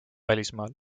välismaal